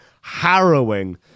harrowing